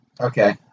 Okay